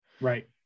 Right